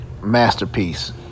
masterpiece